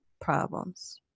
problems